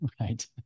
right